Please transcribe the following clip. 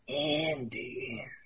Andy